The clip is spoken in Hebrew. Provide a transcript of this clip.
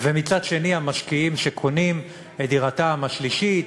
ומצד שני המשקיעים שקונים את דירתם השלישית,